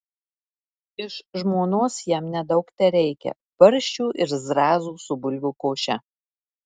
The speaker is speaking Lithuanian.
iš žmonos jam nedaug tereikia barščių ir zrazų su bulvių koše